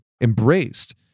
embraced